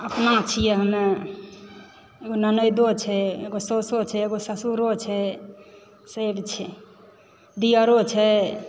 अपना छियै हमे एगो ननदिओ छै एगो साउसो छै एगो ससुरो छै सभ छै दिअरो छै